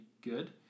good